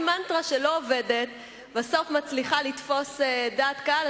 אם מנטרה שלא עובדת בסוף מצליחה לתפוס דעת קהל,